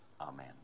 Amen